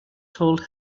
told